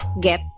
Get